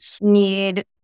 need